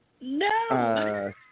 No